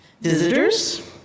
Visitors